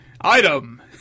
Item